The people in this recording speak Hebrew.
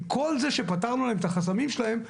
עם כל זה שפתרנו להם את החסמים שלהם,